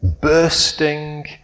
bursting